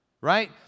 Right